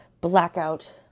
blackout